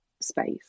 space